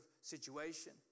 situation